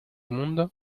mundo